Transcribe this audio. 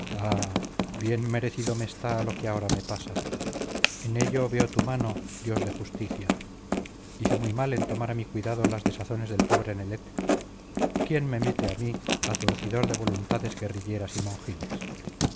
bien merecido me está lo que ahora me pasa en ello veo tu mano dios de justicia hice muy mal en tomar a mi cuidado las desazones del pobre nelet quién me mete a mí a zurcidor de voluntades guerrilleras y monjiles